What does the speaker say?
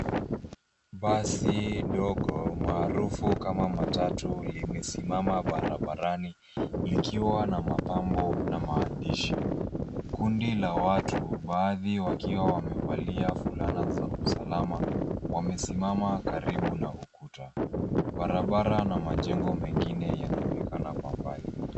Basi dogo maarufu kama Matatu, limesimama barabarani likiwa na mapambo na maandishi. Kundi la watu, baadhi wakiwa wamevalia fulana za usalama, wamesimama karibu na ukuta. Barabara na majengo mengine yanaonekana kwa mbali.